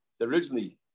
originally